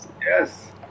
Yes